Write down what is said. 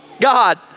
God